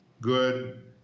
good